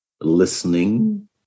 listening